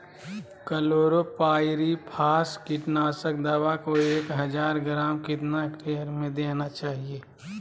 Chlorpyrifos कीटनाशक दवा को एक हज़ार ग्राम कितना हेक्टेयर में देना चाहिए?